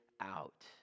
out